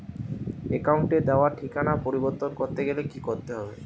অ্যাকাউন্টে দেওয়া ঠিকানা পরিবর্তন করতে গেলে কি করতে হবে?